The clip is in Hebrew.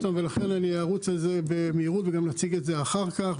ולכן אני ארוץ על זה במהירות ואני גם נציג את זה אחר כך.